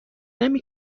نمی